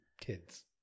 kids